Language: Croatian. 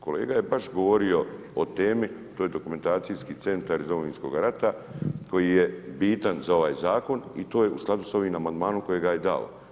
Kolega je baš govorio o temi to je Dokumentacijski centar uz Domovinskog rata koji je bitan za ovaj zakon i to je u skladu s ovim amandmanom kojega je dao.